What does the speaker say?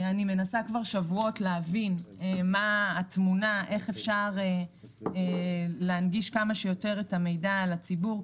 כבר שבועות אני מנסה להבין איך אפשר להנגיש כמה שיותר את המידע לציבור,